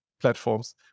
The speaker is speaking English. platforms